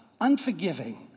unforgiving